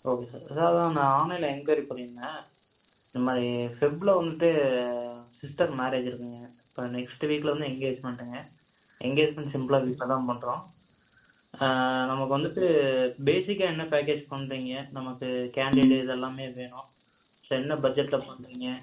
okay sir sir அதான் நான் ஆன்லைனில் என்கொயரி பண்ணிருந்தேன் இந்தமாதிரி ஃபிப்பில் வந்துட்டு சிஸ்டர் மேரேஜ் இருக்குதுங்க இப்போ நெக்ஸ்ட்டு வீக்கில் வந்து என்கேஜ்மெண்ட்டுங்க என்கேஜ்மெண்ட் சிம்ப்ளா வீட்டில் தான் பண்ணுறோம் ஆ நமக்கு வந்துட்டு பேஸிக்கா என்ன பேக்கேஜ் பண்ணுறிங்க நமக்கு கேண்டிட்டு இது எல்லாமே வேணும் என்ன பட்ஜெட்டில் பண்ணுறிங்க